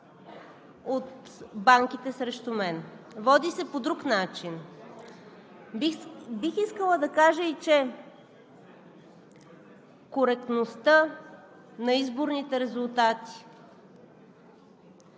от банките срещу мен, води се по друг начин. Бих искала да кажа, че и коректността на изборните резултати,